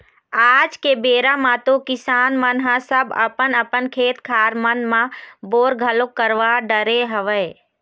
आज के बेरा म तो किसान मन ह सब अपन अपन खेत खार मन म बोर घलोक करवा डरे हवय